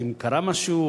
האם קרה משהו?